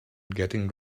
getting